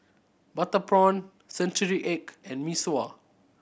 butter prawn century egg and Mee Sua